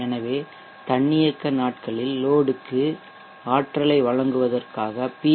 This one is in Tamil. எனவே தன்னியக்க நாட்களில் லோட்க்கு ஆற்றலை வழங்குவதற்காக பி